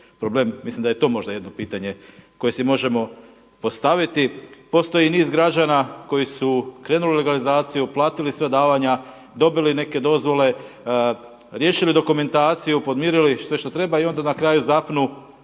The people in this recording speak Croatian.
problem, mislim da je to možda jedno pitanje koje si možemo postaviti. Postoji niz građana koji su krenuli u legalizaciju, platili sva davanja, dobili neke dozvole, riješili dokumentaciju, podmirili sve šta treba i onda na kraju zapnu